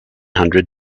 hundred